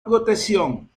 protección